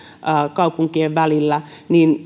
kaupunkien välillä niin